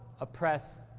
oppress